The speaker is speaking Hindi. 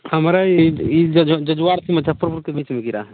हमारा यह ही जज जजवार मुज़फ़्फ़रपुर के बीच में गिरा है